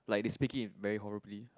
like they speak it very horribly